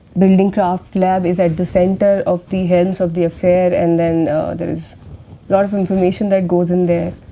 building craft lab is at the center of the helms of the affairs and then there is lot of information that goes in there.